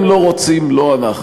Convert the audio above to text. הם לא רוצים, לא אנחנו.